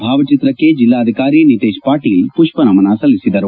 ಭಾವಚಿತ್ರಕ್ಕೆ ಜೆಲ್ಲಾಧಿಕಾರಿ ನಿತೇಶ್ ಪಾಟೀಲ್ ಪುಷ್ವನಮನ ಸಲ್ಲಿಸಿದರು